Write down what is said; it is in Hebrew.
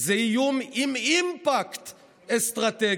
זה איום עם אימפקט אסטרטגי",